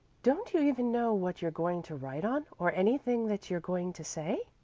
don't you even know what you're going to write on or anything that you're going to say?